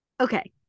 Okay